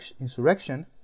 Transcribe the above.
insurrection